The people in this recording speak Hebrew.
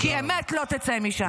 כי אמת לא תצא משם.